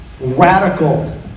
radical